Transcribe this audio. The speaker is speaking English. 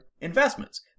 investments